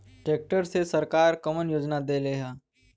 Tractor मे सरकार कवन योजना देले हैं?